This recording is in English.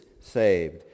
saved